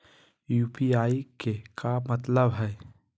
UPI के का मतलब हई?